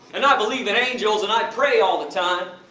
and i believe in angels, and i pray all the time.